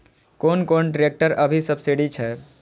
कोन कोन ट्रेक्टर अभी सब्सीडी छै?